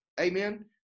amen